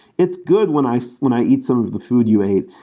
it's good when i so when i eat some of the food you ate.